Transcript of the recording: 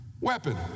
weapon